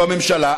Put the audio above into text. בממשלה,